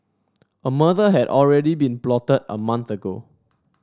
a murder had already been plotted a month ago